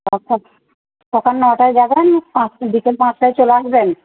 আচ্ছা সকাল নটায় যাবেন আর বিকেল পাঁচটায় চলে আসবেন